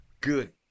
good